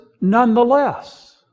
nonetheless